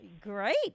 Great